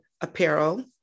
Apparel